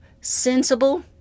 sensible